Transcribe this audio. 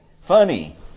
Funny